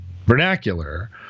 vernacular